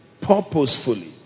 purposefully